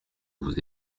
vous